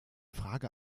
frage